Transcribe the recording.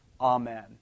Amen